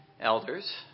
elders